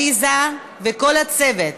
עליזה וכל הצוות,